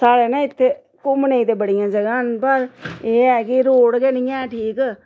साढ़ा न इत्थे घूमने ते बड़ियां जगह् न पर एह् ऐ कि रोड गै नि ऐ ठीक